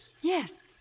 Yes